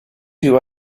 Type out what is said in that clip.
you